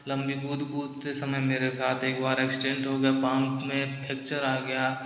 लंबी कूद कूदते समय मेरे साथ एक बार एक्सीडेंट हो गया पाँव में फैकचेर आ गया